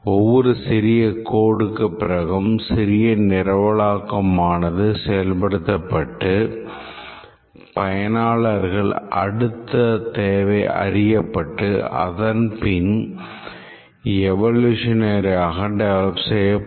ஒவ்வொரு சிறிய codeக்கு பிறகும் சிறிய நிரவலாக்கமானது செயல்படுத்தப்பட்டு பயனாளர்களின் அடுத்து தேவை அறியப்பட்டு அதன்பின் எவோலோஷனரியாக டெவலப் செய்யப்படும்